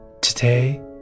Today